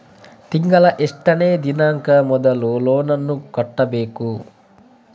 ತಿಂಗಳ ಎಷ್ಟನೇ ದಿನಾಂಕ ಮೊದಲು ಲೋನ್ ನನ್ನ ಕಟ್ಟಬೇಕು?